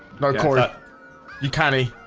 no corner you can e